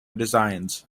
designs